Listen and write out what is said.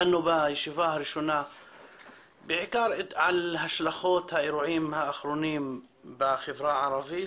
דנו בישיבה הראשונה בעיקר על השלכות האירועים האחרונים בחברה הערבית,